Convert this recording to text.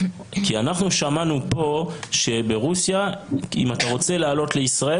כי אנחנו שמענו פה שברוסיה אם אתה רוצה לעלות לישראל,